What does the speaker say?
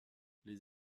les